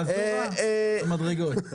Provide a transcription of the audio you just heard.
מעזורה, במדרגות.